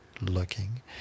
looking